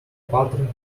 pattern